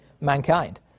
mankind